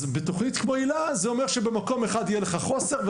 אז בתוכנית כמו היל"ה זה אומר שבמקום אחד יהיה לך חוסר,